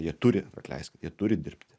jie turi atleisk jie turi dirbti